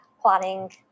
planning